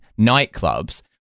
nightclubs